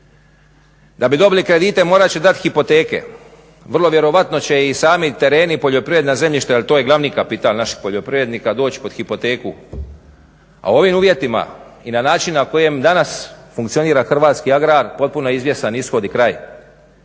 Da bi dobili kredite morat će dat hipoteke. Vrlo vjerojatno će i sami tereni, poljoprivredna zemljišta jer to je glavni kapital naših poljoprivrednika doć pod hipoteku. A ovim uvjetima i na način koji danas funkcionira hrvatski Agrar potpuno izvjestan, ishodi kraj.